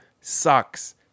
sucks